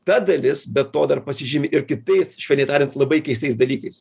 ta dalis be to dar pasižymi ir kitais švelniai tariant labai keistais dalykais